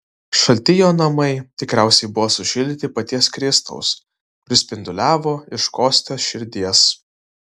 šalti jo namai tikriausiai buvo sušildyti paties kristaus kuris spinduliavo iš kostios širdies